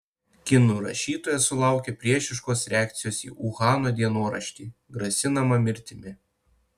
kinų rašytoja sulaukė priešiškos reakcijos į uhano dienoraštį grasinama mirtimi